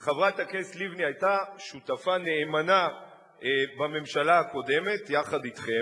שחברת הכנסת לבני היתה שותפה נאמנה בממשלה הקודמת יחד אתכם,